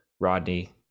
Rodney